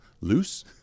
loose